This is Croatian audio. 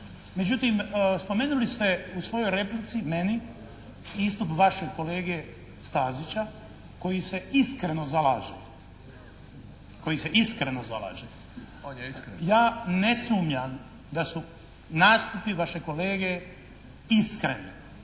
Međutim spomenuli ste u svojoj replici meni istup vašeg kolege Stazića koji se iskreno zalaže. Ja ne sumnjam da su nastupi vašeg kolege iskreni